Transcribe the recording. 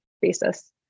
basis